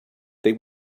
there